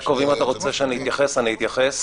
יעקב, אם אתה רוצה שאני אתייחס אני אתייחס.